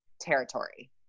territory